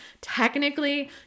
technically